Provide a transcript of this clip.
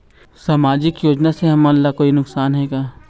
सामाजिक योजना से हमन ला कोई नुकसान हे का?